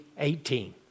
18